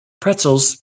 pretzels